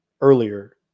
earlier